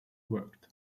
worked